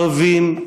ערבים,